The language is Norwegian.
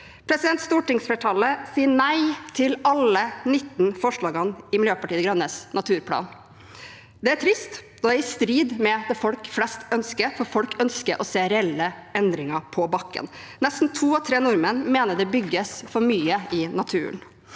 fjellet. Stortingsflertallet sier nei til alle de 19 forslagene i Miljøpartiet De Grønnes naturplan. Det er trist, og det er i strid med det folk flest ønsker, for folk ønsker å se reelle endringer på bakken. Nesten to av tre nordmenn mener det bygges for mye i naturen.